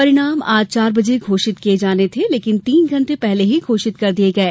परिणाम आज चार बजे घोषित किये जाने थे लेकिन तीन घंटे पहले ही घोषित कर दिये गये